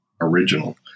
original